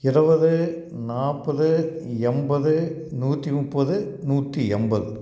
இருவது நாற்பது எண்பது நூற்றி முப்பது நூற்றி எண்பது